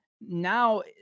now